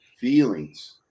feelings